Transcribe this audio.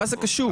למה זה קשור?